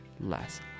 less